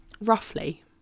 Roughly